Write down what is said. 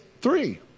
three